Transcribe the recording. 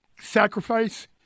sacrifice